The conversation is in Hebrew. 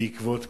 בעקבות כך,